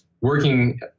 working